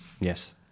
Yes